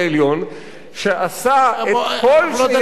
שעשה את כל שיכול היה, אנחנו לא דנים עכשיו בדוח.